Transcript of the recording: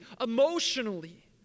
emotionally